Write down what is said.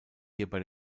hierbei